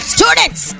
Students